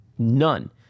None